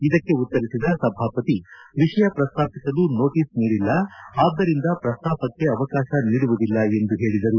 ಇದಕ್ಕೆ ಉತ್ತರಿಸಿದ ಸಭಾಪತಿ ವಿಷಯ ಪ್ರಸ್ತಾಪಿಸಲು ನೋಟಿಸ್ ನೀಡಿಲ್ಲ ಆದ್ದರಿಂದ ಪ್ರಸ್ತಾಪಕ್ಕೆ ಅವಕಾಶ ನೀಡುವುದಿಲ್ಲ ಎಂದು ಹೇಳಿದರು